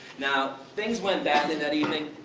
now, things went badly that evening,